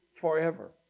forever